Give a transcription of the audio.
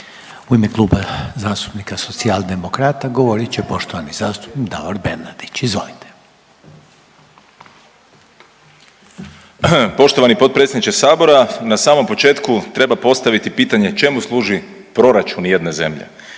U ime Kluba zastupnika Socijaldemokrata govorit će poštovani zastupnik Davor Bernardić, izvolite. **Bernardić, Davor (Nezavisni)** Poštovani potpredsjedniče sabora, na samom početku treba postaviti pitanje čemu služi proračun jedne zemlje.